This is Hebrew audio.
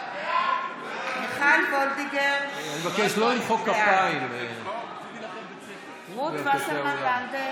נגד מכלוף מיקי זוהר, אינו נוכח אימאן ח'טיב